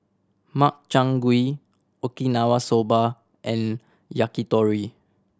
Makchang Gui Okinawa Soba and Yakitori